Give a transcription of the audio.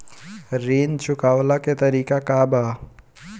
ऋण चुकव्ला के तरीका का बा?